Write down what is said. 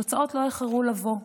התוצאות לא איחרו לבוא.